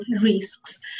risks